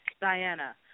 diana